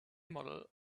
model